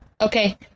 Okay